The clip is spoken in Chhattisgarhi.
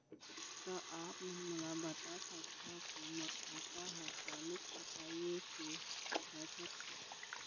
का आप मन मोला बता सकथव के मोर खाता ह चालू खाता ये के बचत खाता?